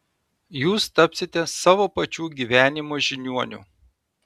jūs tapsite savo pačių gyvenimo žiniuoniu